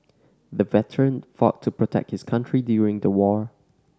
the veteran fought to protect his country during the war